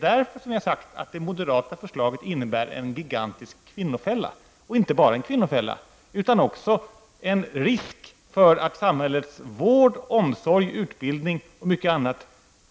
Därför innebär det moderata förslaget en gigantisk kvinnofälla. Det innebär också en risk för att samhällets vård, omsorg och utbildning samt mycket annat